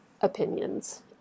opinions